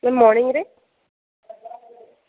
ମର୍ଣ୍ଣିଙ୍ଗ୍ରେ